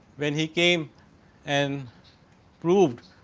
when he came and proved